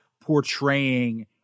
portraying